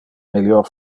melior